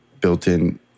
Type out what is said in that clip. built-in